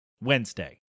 Wednesday